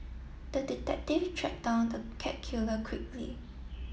the detective tracked down the cat killer quickly